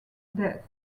death